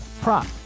prop